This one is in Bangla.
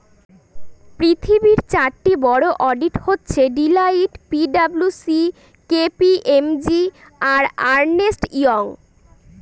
পৃথিবীর চারটি বড়ো অডিট হচ্ছে Deloitte P W C K P M G আর আর্নেস্ট ইয়ং